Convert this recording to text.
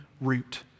root